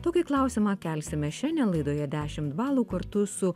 tokį klausimą kelsime šiandien laidoje dešimt balų kartu su